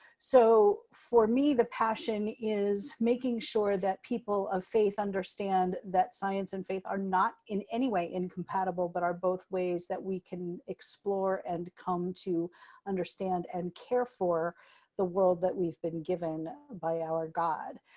so for me, the passion is making sure that people of faith understand that science and faith are not in any way incompatible but are both ways that we can explore, and come to understand, and care for the world that we've been given by our god.